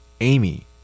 Amy